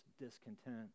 discontent